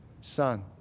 son